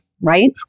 right